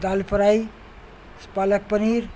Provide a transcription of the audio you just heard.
دال فرائی پالک پنیر